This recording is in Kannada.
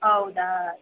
ಹೌದಾ